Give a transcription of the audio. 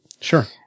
Sure